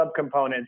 subcomponents